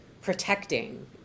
protecting